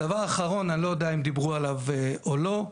הדבר האחרון, אני לא יודע אם דיברו עליו או לא,